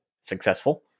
successful